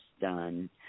done